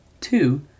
two